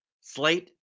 slate